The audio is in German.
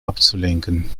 abzulenken